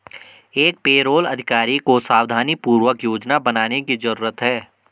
एक पेरोल अधिकारी को सावधानीपूर्वक योजना बनाने की जरूरत है